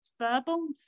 verbal